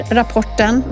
rapporten